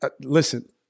Listen